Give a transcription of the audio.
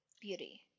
beauty